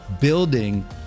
building